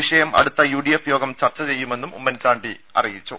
വിഷയം അടുത്ത യുഡിഎഫ് യോഗം ചർച്ച ചെയ്യുമെന്നും ഉമ്മൻ ചാണ്ടി അറിയിച്ചു